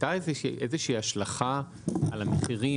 הייתה איזושהי השלכה על המחירים,